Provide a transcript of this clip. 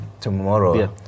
tomorrow